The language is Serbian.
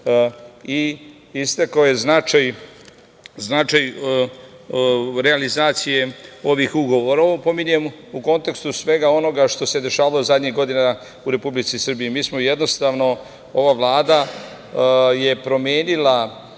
Istakao je značaj realizacije ovih ugovora. Ovo pominjem u kontekstu svega onoga što se dešavalo zadnjih godina u Republici Srbiji. Jednostavno, ova Vlada je promenila